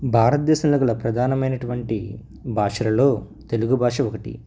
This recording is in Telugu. భారతదేశంలో గల ప్రధానమైనటువంటి భాషలలో తెలుగు భాష ఒకటి